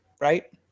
right